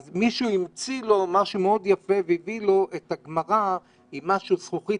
אז מישהו המציא לו משהו מאוד יפה והביא לו את הגמרא עם זכוכית